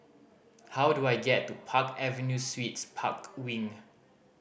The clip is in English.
how do I get to Park Avenue Suites Park Wing